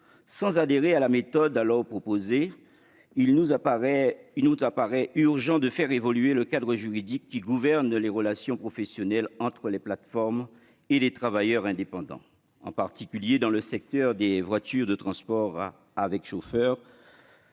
la méthode qui était alors proposée, il nous apparaît urgent de faire évoluer le cadre juridique qui gouverne les relations professionnelles entre les plateformes et les travailleurs indépendants, en particulier dans le secteur des voitures de transport avec chauffeur